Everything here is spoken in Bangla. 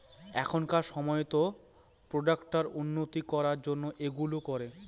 এখনকার সময়তো প্রোডাক্ট উন্নত করার জন্য এইগুলো করে